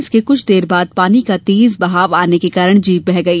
इसके कुछ देर बाद पानी का तेज बहाव आने के कारण जीप बह गई